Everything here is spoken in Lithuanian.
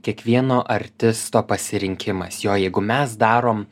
kiekvieno artisto pasirinkimas jo jeigu mes darom